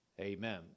Amen